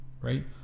Right